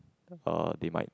uh they might